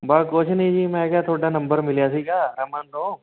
ਬਸ ਕੁਛ ਨਹੀਂ ਜੀ ਮੈਂ ਕਿਹਾ ਤੁਹਾਡਾ ਨੰਬਰ ਮਿਲਿਆ ਸੀਗਾ ਅਮਨ ਤੋਂ